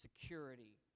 security